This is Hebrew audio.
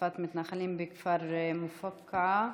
תקיפת מתנחלים בכפר אל-מופקרה,